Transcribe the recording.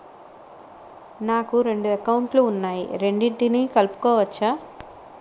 నాకు రెండు అకౌంట్ లు ఉన్నాయి రెండిటినీ కలుపుకోవచ్చా?